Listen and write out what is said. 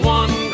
one